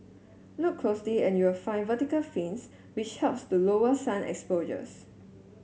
look closely and you'll find vertical fins which helps to lower sun exposures